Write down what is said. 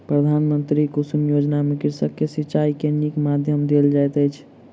प्रधानमंत्री कुसुम योजना में कृषक के सिचाई के नीक माध्यम देल जाइत अछि